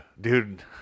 Dude